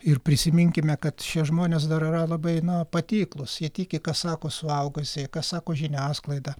ir prisiminkime kad šie žmonės dar yra labai na patiklūs jie tiki ką sako suaugusieji ką sako žiniasklaida